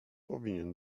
powinien